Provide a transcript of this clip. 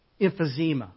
emphysema